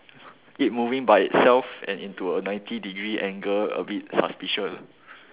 keep moving by itself and into a ninety degree angle a bit suspicious